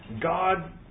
God